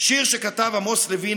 שיר שכתב עמוס לוין,